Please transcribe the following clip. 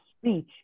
speech